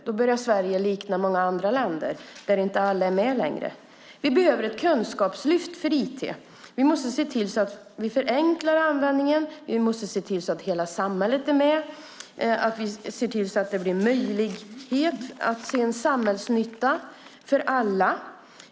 Då börjar Sverige likna många andra länder där inte alla är med längre. Vi behöver ett kunskapslyft för IT. Vi måste se till att vi förenklar användningen, att hela samhället är med och att det blir möjligt att se en samhällsnytta för alla.